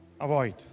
Avoid